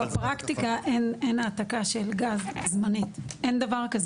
אבל בפרקטיקה אין העתקה של גז, אין דבר כזה.